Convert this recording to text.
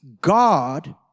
God